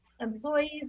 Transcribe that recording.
employees